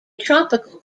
tropical